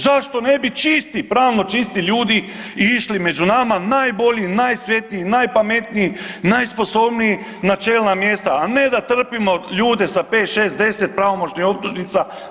Zašto ne bi čisti, pravno čisti ljudi išli među nama najbolji, najsvetiji, najpametniji, najsposobniji na čelna mjesta a ne da trpimo ljude sa pet, šest, deset pravomoćnih optužnica.